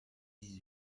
dix